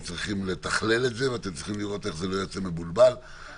צריכים לתכלל את זה ואתם צריכים לראות איך זה לא יוצא מבולבל ומטעה.